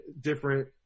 different